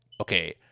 okay